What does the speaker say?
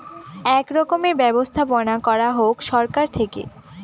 এক রকমের ব্যবস্থাপনা করা হোক সরকার থেকে